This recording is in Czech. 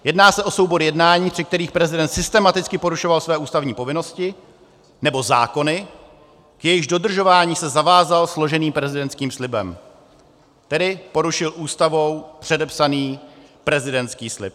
Jedná se o soubor jednání, při kterých prezident systematicky porušoval své ústavní povinnosti nebo zákony, k jejichž dodržování se zavázal složeným prezidentským slibem, tedy porušil Ústavou předepsaný prezidentský slib.